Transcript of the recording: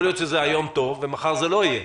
יכול להיות שהיום זה טוב ומחר זה לא יהיה.